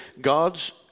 God's